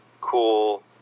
cool